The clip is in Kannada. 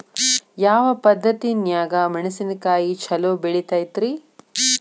ಯಾವ ಪದ್ಧತಿನ್ಯಾಗ ಮೆಣಿಸಿನಕಾಯಿ ಛಲೋ ಬೆಳಿತೈತ್ರೇ?